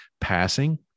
Passing